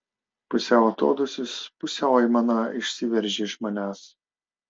pusiau atodūsis pusiau aimana išsiveržia iš manęs